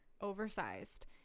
oversized